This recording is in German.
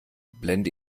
blende